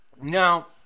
Now